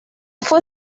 fue